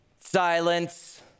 silence